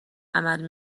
عمل